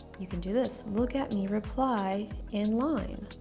you can do this. look at me reply inline.